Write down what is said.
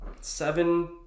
Seven